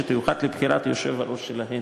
שתיוחד לבחירת היושב-ראש שלהן.